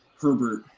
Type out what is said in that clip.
Herbert